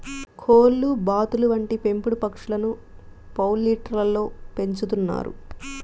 కోళ్లు, బాతులు వంటి పెంపుడు పక్షులను పౌల్ట్రీలలో పెంచుతున్నారు